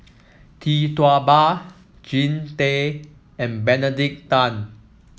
Tee Tua Ba Jean Tay and Benedict Tan